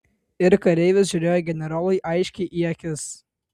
ir kareivis žiūrėjo generolui aiškiai į akis